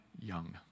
young